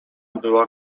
była